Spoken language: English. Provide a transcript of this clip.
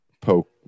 poke